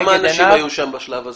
כמה אנשים היו שם בשלב הזה?